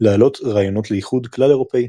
להעלות רעיונות לאיחוד כלל-אירופי.